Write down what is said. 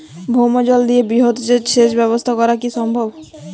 ভৌমজল দিয়ে বৃহৎ সেচ ব্যবস্থা করা কি সম্ভব?